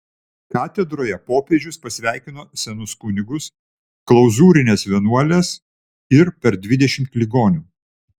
katedroje popiežius pasveikino senus kunigus klauzūrines vienuoles ir per dvidešimt ligonių